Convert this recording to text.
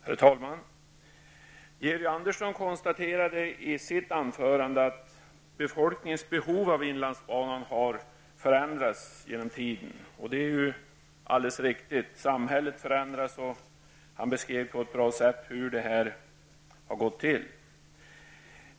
Herr talman! Georg Andersson konstaterade i sitt anförande att befolkningens behov av inlandsbanan har förändrats genom tiden, och det är ju alldeles riktigt. Samhället förändras, och han beskrev på ett bra sätt hur det här gått till.